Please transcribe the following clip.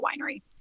winery